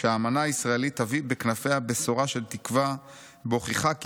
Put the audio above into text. "שהאמנה הישראלית תביא בכנפיה בשורה של תקווה בהוכיחה כי